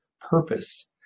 purpose